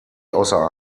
außer